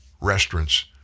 restaurants